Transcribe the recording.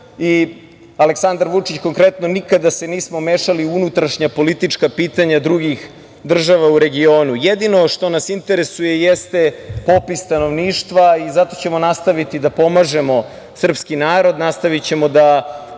i Aleksandar Vučić, konkretno, nikada se nismo mešali u unutrašnja politička pitanja drugih država u regionu. Jedino što nas interesuje jeste popis stanovništva i zato ćemo nastaviti da pomažemo srpski narod, nastavićemo da